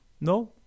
No